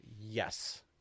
Yes